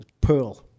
Pearl